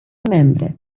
membre